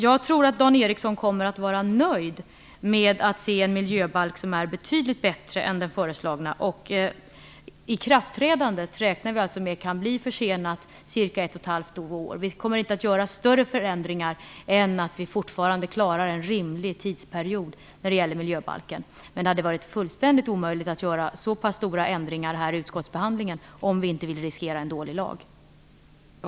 Jag tror att Dan Ericsson kommer att vara nöjd med att se en miljöbalk som är betydligt bättre än den föreslagna. Vi räknar alltså med att ikraftträdandet kan bli försenat ca 1,5 år. Vi kommer inte att göra större förändringar när det gäller miljöbalken än att det fortfarande kommer att handla om en rimlig tidsperiod. Det är fullständigt omöjligt att göra så pass stora ändringar i utskottsbehandlingen, om man inte vill riskera att det blir en dålig lag.